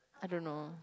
I don't know